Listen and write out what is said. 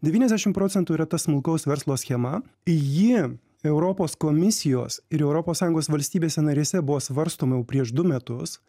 devyniasdešim procentų yra tas smulkaus verslo schema ji europos komisijos ir europos sąjungos valstybėse narėse buvo svarstoma jau prieš du metus